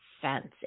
Fancy